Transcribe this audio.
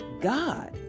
God